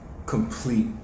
complete